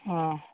ହଁ